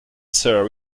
sir